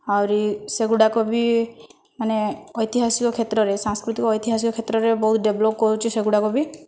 ଆହୁରି ସେଗୁଡ଼ାକ ବି ମାନେ ଐତିହାସିକ କ୍ଷେତ୍ରରେ ସାଂସ୍କୃତିକ ଐତିହାସିକ କ୍ଷେତ୍ରରେ ବହୁତ ଡେଭଲପ କରୁଛି ସେଗୁଡ଼ାକ ବି